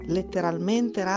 Letteralmente